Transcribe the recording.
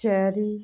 cherry